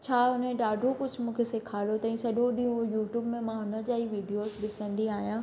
छा हुनजे ॾाढो कुझु मूंखे सेखारियो अथई सॼो ॾींहुं यूटयूब में मां हुन जा ई वीडियोसि ॾिसंदी आहियां